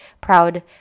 proud